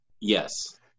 yes